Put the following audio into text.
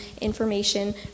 information